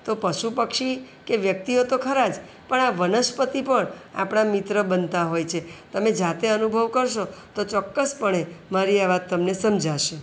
તો પશુ પક્ષી કે વ્યક્તિઓ તો ખરા જ પણ આ વનસ્પતિ પણ આપણા મિત્ર બનતા હોય છે તમે જાતે અનુભવ કરશો તો ચોક્કસપણે મારી આ વાત તમને સમજાશે